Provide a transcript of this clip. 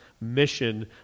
mission